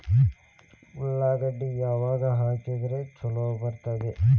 ಉಳ್ಳಾಗಡ್ಡಿ ಯಾವಾಗ ಹಾಕಿದ್ರ ಛಲೋ ಬರ್ತದ?